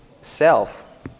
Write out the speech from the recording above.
self